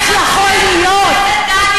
הוא ציפה שהמפלגה שלו תוביל את החוק הזה.